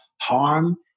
Harm